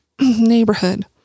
neighborhood